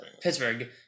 Pittsburgh